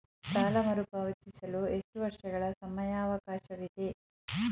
ಸಾಲ ಮರುಪಾವತಿಸಲು ಎಷ್ಟು ವರ್ಷಗಳ ಸಮಯಾವಕಾಶವಿದೆ?